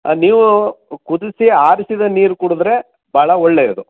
ನೀವು ಕುದಿಸಿ ಆರಿಸಿದ ನೀರು ಕುಡಿದ್ರೆ ಬಹಳ ಒಳ್ಳೆಯದು